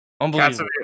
Unbelievable